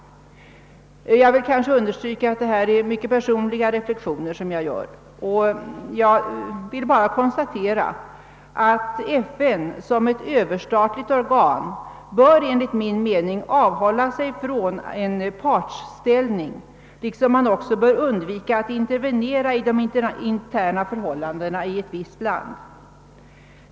Jag vill understryka att de reflexioner jag ämnar göra är mycket personliga. Jag vill bara konstatera att FN som ett överstatligt organ enligt min mening bör avhålla sig från en partsställning liksom FN också bör undvika att intervenera i de interna förhål landena i ett visst land.